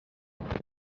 ella